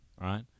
Right